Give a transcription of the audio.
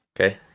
Okay